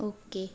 okay